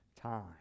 time